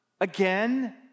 again